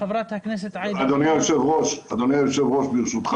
אדוני היושב-ראש, ברשותך.